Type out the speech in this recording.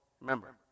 Remember